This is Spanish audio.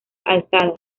alzada